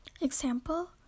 Example